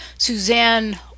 Suzanne